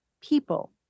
people